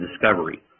discovery